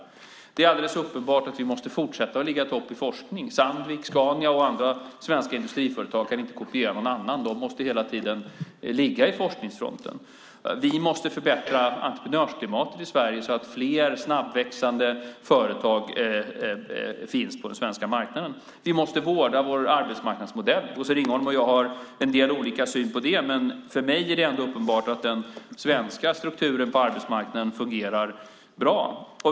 Det är alldeles uppenbart att vi måste fortsätta ligga i topp när det gäller forskning. Sandvik, Scania och andra svenska industriföretag kan inte kopiera någon annan; de måste hela tiden ligga i forskningsfronten. Vi måste förbättra entreprenörsklimatet i Sverige så att fler snabbväxande företag finns på den svenska marknaden. Vi måste vårda vår arbetsmarknadsmodell. Bosse Ringholm och jag har till en del olika syn på det, men för mig är det ändå uppenbart att den svenska strukturen på arbetsmarknaden fungerar bra.